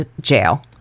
jail